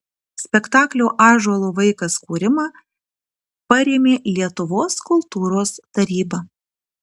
spektaklio ąžuolo vaikas kūrimą parėmė lietuvos kultūros taryba